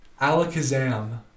Alakazam